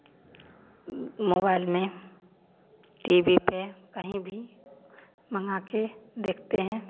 mobile में TV पे कहीं भी मंगा के देखते हैं